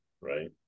right